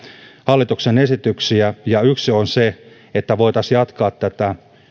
hallituksen esityksiä ja yksi on se että voitaisiin jatkaa